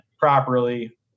properly